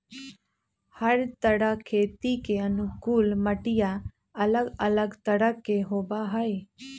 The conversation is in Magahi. हर तरह खेती के अनुकूल मटिया अलग अलग तरह के होबा हई